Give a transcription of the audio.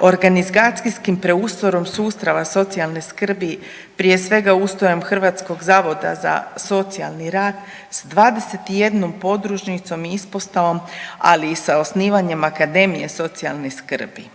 organizacijskim preustrojem sustava socijalne skrbi prije svega, ustrojem Hrvatskog zavoda za socijalni rad, s 21 podružnicom i ispostavom, ali i sa osnivanjem Akademije socijalne skrbi.